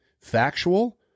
factual